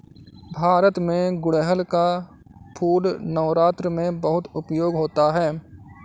भारत में गुड़हल का फूल नवरात्र में बहुत उपयोग होता है